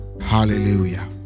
Hallelujah